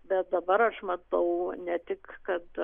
bet dabar aš matau ne tik kad